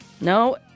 No